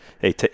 hey